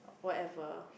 whatever